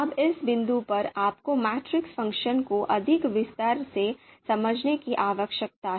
अब इस बिंदु पर आपको मैट्रिक्स फ़ंक्शन को अधिक विस्तार से समझने की आवश्यकता है